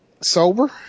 Sober